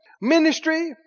ministry